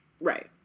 Right